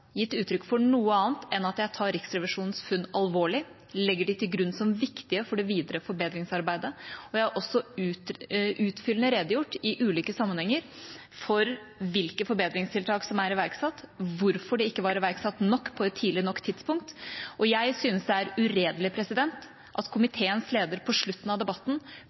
gitt uttrykk for noe annet enn at jeg tar Riksrevisjonens funn alvorlig, legger dem til grunn som viktige for det videre forbedringsarbeidet, og jeg har også utfyllende redegjort i ulike sammenhenger for hvilke forbedringstiltak som er iverksatt, hvorfor det ikke var iverksatt nok på et tidlig nok tidspunkt. Jeg syns det er uredelig at komiteens leder på slutten av debatten